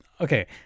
Okay